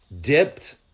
dipped